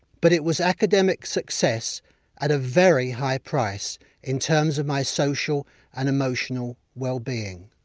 but it was academic success at a very high price in terms of my social and emotional wellbeing.